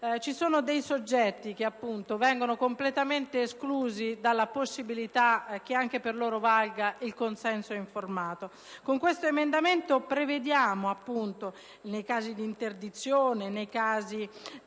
Ci sono dei soggetti che vengono completamente esclusi della possibilità che anche per loro valga il consenso informato. Con questo emendamento, in caso d'interdizione, nei casi in